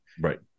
right